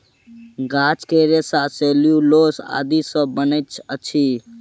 गाछ के रेशा सेल्यूलोस आदि सॅ बनैत अछि